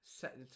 Set